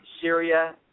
Syria